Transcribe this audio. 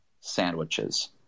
sandwiches